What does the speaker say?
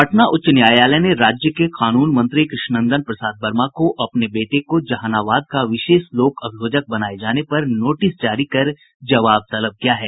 पटना उच्च न्यायालय ने राज्य के कानून मंत्री कृष्ण नंदन प्रसाद वर्मा को अपने बेटे को जहानाबाद का विशेष लोक अभियोजक बनाये जाने पर नोटिस जारी कर जवाब तलब किया है